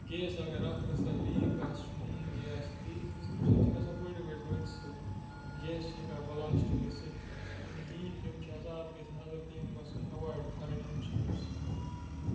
gas اگر اَکھ رَژھا لیٖک آسہِ موموٗلی آسہِ لیٖک تمہِ سۭتۍ چھِ گژھان بٔڑۍ بٔڑۍ حٲدثہٕ گیس چھِ ہٮ۪کان بٕلاسٹ گٔژھِتھ لیٖک یِم چھِ آسان اَتھ گژھِ نظر تہٕ یِم گژھن ایوایِڈ کَرٕنۍ یِم چیٖز